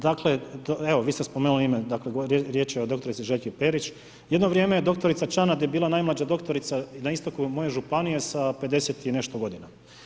Dakle, vi ste spomenuli ime, riječ je o doktorici Željki Perić, jedno vrijeme je doktorica Čanad je bila najmlađa doktorica na istoku moje županije sa 50 i nešto godina.